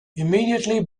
immediately